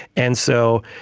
and so,